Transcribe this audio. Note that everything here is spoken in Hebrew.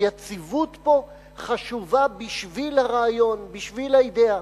היציבות כאן חשובה בשביל הרעיון, בשביל האידיאה.